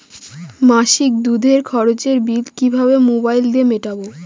মাসিক দুধের খরচের বিল কিভাবে মোবাইল দিয়ে মেটাব?